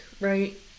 right